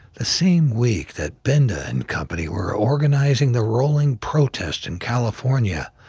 the same week that binda and company were organizing the rolling protest in california,